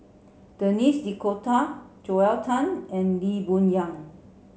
Denis D'Cotta Joel Tan and Lee Boon Yang